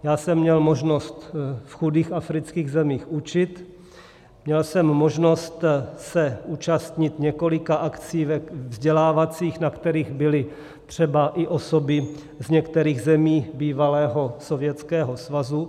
Já jsem měl možnost v chudých afrických zemích učit, měl jsem možnost se účastnit několika vzdělávacích akcí, na kterých byly třeba i osoby z některých zemí bývalého Sovětského svazu.